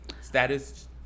status